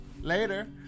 later